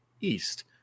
East